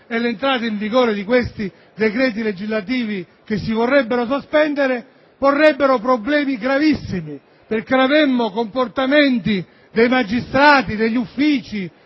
e l'entrata in vigore di questi decreti legislativi che si vorrebbe sospendere, si verificherebbero problemi gravissimi, perché avremmo comportamenti di magistrati, degli uffici